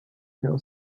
fell